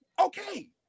okay